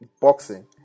boxing